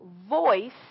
voice